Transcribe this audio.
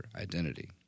identity